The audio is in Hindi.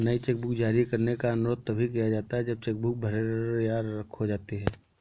नई चेकबुक जारी करने का अनुरोध तभी किया जाता है जब चेक बुक भर या खो जाती है